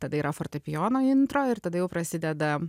tada yra fortepijono intro ir tada jau prasideda